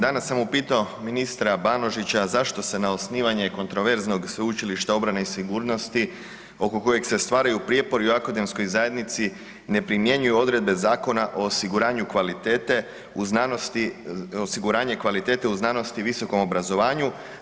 Danas sam upito ministra Banožića zašto se na osnivanje kontroverznog Sveučilišta obrane i sigurnosti oko kojeg se stvaraju prijepori u akademskoj zajednici ne primjenjuju odredbe Zakona o osiguranju kvalitete u znanosti, osiguranje kvalitete u znanosti i visokom obrazovanju?